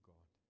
God